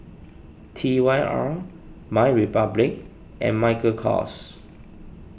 T Y R MyRepublic and Michael Kors